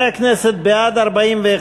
חברי הכנסת, בעד 41,